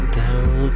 down